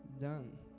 done